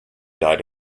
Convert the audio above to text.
died